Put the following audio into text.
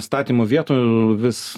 statymo vietų vis